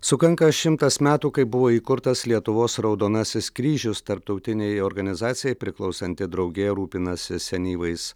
sukanka šimtas metų kai buvo įkurtas lietuvos raudonasis kryžius tarptautinei organizacijai priklausanti draugija rūpinasi senyvais